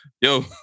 Yo